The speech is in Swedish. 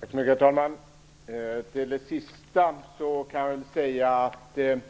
Herr talman! Till det som arbetsmarknadsministern avslutade med kan jag säga att det är